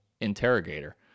interrogator